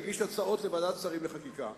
מגיש הצעות לוועדת השרים לחקיקה.